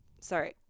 sorry